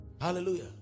Hallelujah